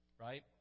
right